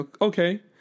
okay